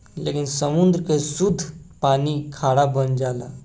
लेकिन समुंद्र के सुद्ध पानी खारा बन जाला